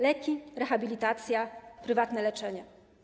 Leki, rehabilitacja, prywatne leczenie.